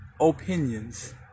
opinions